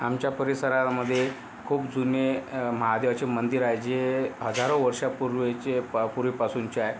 आमच्या परिसरामधे खूप जुने महादेवाचे मंदिर आहे जे हजारो वर्षापूर्वीचे पूर्वीपासूनचे आहे